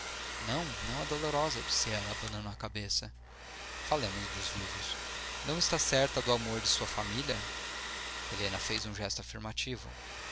não não é dolorosa disse ela abanando a cabeça falemos dos vivos não está certa do amor de sua família helena fez um gesto afirmativo